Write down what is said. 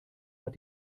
hat